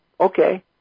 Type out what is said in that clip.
Okay